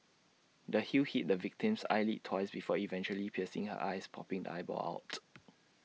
the heel hit the victim's eyelid twice before eventually piercing her eye popping the eyeball out